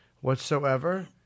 Whatsoever